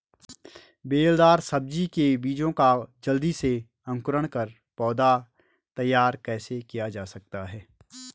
बेलदार सब्जी के बीजों का जल्दी से अंकुरण कर पौधा तैयार कैसे किया जा सकता है?